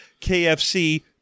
KFC